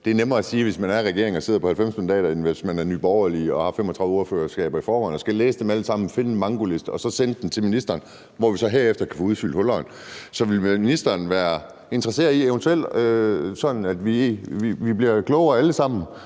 Det er nemmere at sige sådan, når man er i regering og sidder på 90 mandater, end hvis man er fra Nye Borgerlige og har 35 ordførerskaber i forvejen og skal læse op på alt og så skulle lave en mankoliste og så sende den til ministeren, hvorefter vi kan få udfyldt hullerne. Så vil ministeren være interesseret i at samle alle de her evalueringer